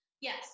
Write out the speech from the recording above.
Yes